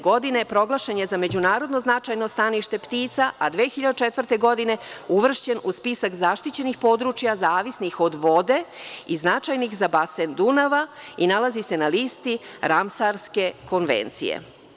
Godine 1989. proglašen je za međunarodno značajno stanište ptice, a 2004. godine uvršten u spisak zaštićenih područja zavisnih od vode i značajnih za basen Dunava i nalazi se na listi Ramsarske konvencije.